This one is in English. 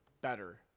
better